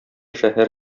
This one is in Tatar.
шәһәр